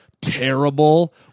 terrible